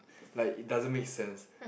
like it doesn't make sense